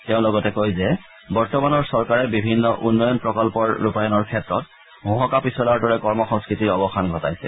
তেওঁ লগতে কয় যে বৰ্তমানৰ চৰকাৰে বিভিন্ন উন্নয়ন প্ৰকল্পৰ ৰূপায়ণৰ ক্ষেত্ৰত হোহকা পিছলা কৰ্মসংস্কৃতিৰ অৱসান ঘটাইছে